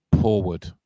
forward